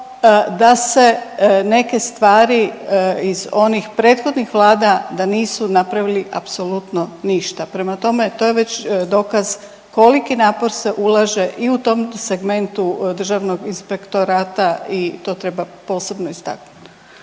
da se neke stvari iz onih prethodnih Vlada da nisu napravili apsolutno ništa. Prema tome, to je već dokaz koliki napor se ulaže i u tom segmentu Državnog inspektorata i to treba posebno istaknuti.